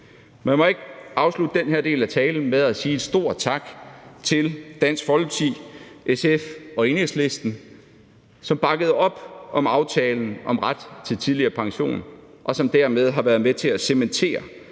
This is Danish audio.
Jeg vil afslutte den her del af talen med at sige et stort tak til Dansk Folkeparti, SF og Enhedslisten, som bakkede op om aftalen om ret til tidligere pension, og som dermed har været med til at cementere